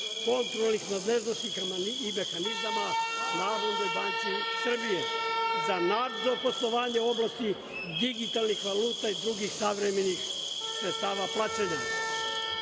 kontrolnih nadležnosti i mehanizama Narodnoj banci Srbije za nadzor poslovanja u oblasti digitalnih valuta i drugih savremenih sredstava plaćanja,